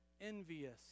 envious